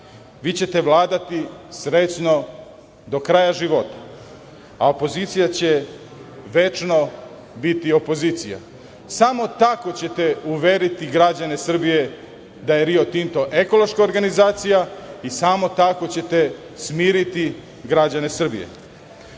vi ćete vladati srećno do kraja života. A opozicija će večno biti opozicija i samo tako ćete uveriti građane Srbije da je Rio Tinto ekološka organizacija i samo tako ćete smiriti građane Srbije. Drugo